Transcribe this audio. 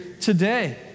today